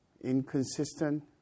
inconsistent